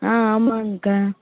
ஆ ஆமாங்கக்கா